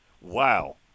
Wow